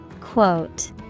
Quote